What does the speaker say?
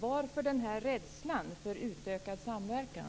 Varför denna rädsla för utökad samverkan?